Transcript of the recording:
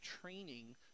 training